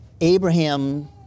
Abraham